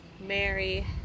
Mary